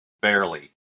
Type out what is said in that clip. barely